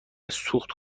سوخت